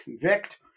convict